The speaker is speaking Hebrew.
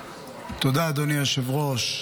תודה, אדוני היושב-ראש.